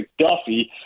McDuffie